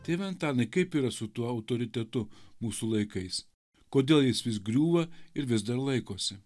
tai va antanai kaip yra su tuo autoritetu mūsų laikais kodėl jis vis griūva ir vis dar laikosi